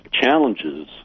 challenges